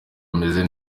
ameze